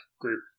group